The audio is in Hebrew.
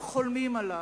חולמים על השלום,